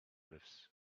lives